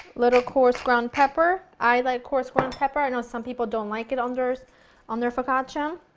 little coarse ground pepper. i like coarse ground pepper, i know some people don't like it on theirs on their focaccia.